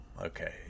okay